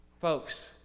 Folks